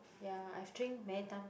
ya I've drink many times